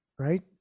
right